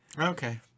Okay